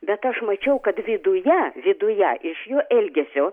bet aš mačiau kad viduje viduje iš jo elgesio